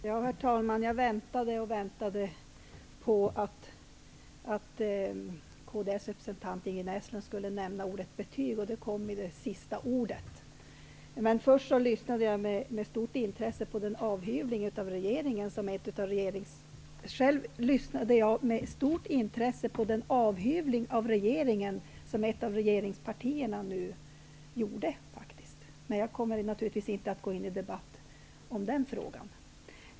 Herr talman! Jag väntade och väntade på att kds representant Inger Näslund skulle nämna ordet ''betyg'', och det kom allra sist. Jag lyssnade med stort intresse på den avhyvling av regeringen som nu kom från ett av regeringspartierna, men jag kommer naturligtvis inte att gå in i en debatt om den frågan.